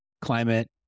climate